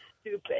stupid